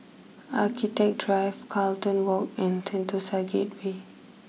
Architecture Drive Carlton walk and Sentosa Gateway